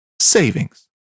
savings